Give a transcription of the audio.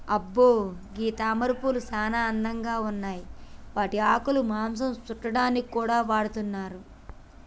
అబ్బో గీ తామరపూలు సానా అందంగా ఉన్నాయి వాటి ఆకులు మాంసం సుట్టాడానికి కూడా వాడతున్నారు